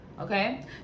okay